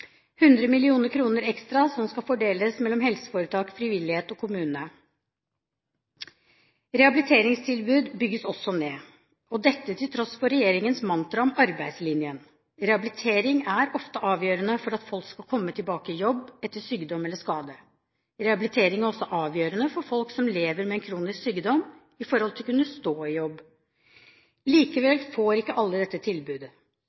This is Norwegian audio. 100 mill. kr ekstra – som skal fordeles mellom helseforetak, frivillighet og kommunene. Rehabiliteringstilbud bygges også ned, til tross for regjeringens mantra om arbeidslinjen. Rehabilitering er ofte avgjørende for at folk skal komme tilbake i jobb etter sykdom eller skade. Rehabilitering er også avgjørende for folk som lever med en kronisk sykdom, i forhold til det å kunne stå i jobb. Likevel får ikke alle dette tilbudet.